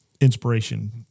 inspiration